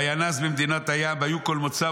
"-- וינס במדינות הים והיה כל מוצאו